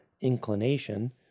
inclination